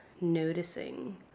noticing